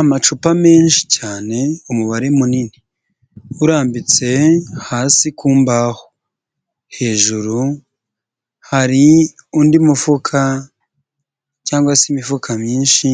Amacupa menshi cyane umubare munini urambitse hasi ku mbaho, hejuru hari undi mufuka cyangwa se imifuka myinshi